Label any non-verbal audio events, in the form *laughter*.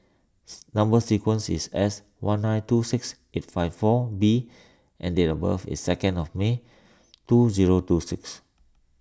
*noise* Number Sequence is S one nine two six eight five four B and date of birth is second of May two zero two six